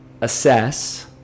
assess